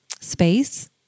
space